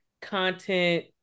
content